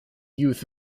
youth